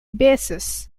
basis